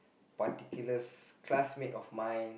particular classmate of mine